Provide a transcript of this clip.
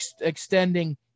extending